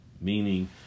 meaning